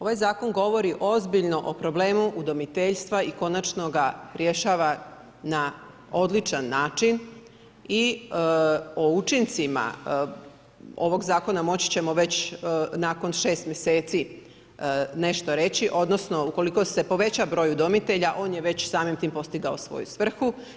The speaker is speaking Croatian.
Ovaj zakon govori ozbiljno o problemu udomiteljstva i konačno ga rješava na odličan način i o učincima ovog zakona moći ćemo već nakon 6 mjeseci nešto reći, odnosno ukoliko se poveća broj udomitelja, on je već samim tim postigao svoju svrhu.